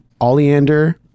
oleander